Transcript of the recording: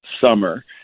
summer